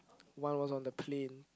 one was on the plane